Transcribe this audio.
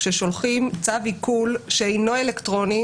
כאשר שולחים צו עיקול שאינו אלקטרוני,